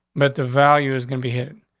but the value is going to hit.